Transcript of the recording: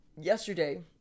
yesterday